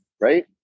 right